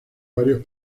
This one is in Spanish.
varios